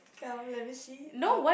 come let me see uh